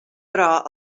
però